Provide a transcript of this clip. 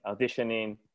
auditioning